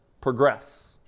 progress